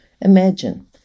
Imagine